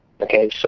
Okay